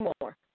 more